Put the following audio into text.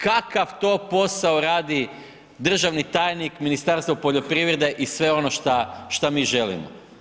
Kakav to posao radi državni tajnik u Ministarstvu poljoprivrede i sve ono šta mi želimo?